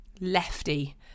lefty